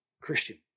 Christian